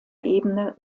ebene